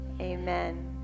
amen